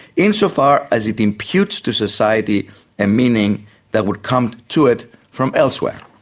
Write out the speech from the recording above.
insofar as it imputes to society a meaning that would come to it from elsewhere.